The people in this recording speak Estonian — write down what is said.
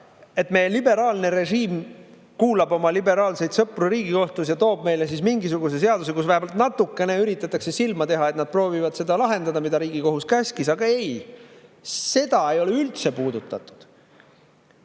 et meie liberaalne režiim kuulab oma liberaalseid sõpru Riigikohtus ja toob meile mingisuguse seaduse, kus vähemalt natukene üritatakse silma teha, et nad proovivad lahendada seda, mida Riigikohus käskis lahendada. Aga ei, seda ei ole üldse puudutatud.